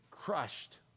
crushed